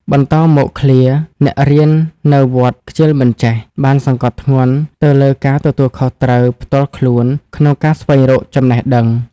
បន្តមក ឃ្លា "អ្នករៀននៅ (វត្ត) ខ្ជិលមិនចេះ" បានសង្កត់ធ្ងន់ទៅលើការទទួលខុសត្រូវផ្ទាល់ខ្លួនក្នុងការស្វែងរកចំណេះដឹង។